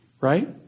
right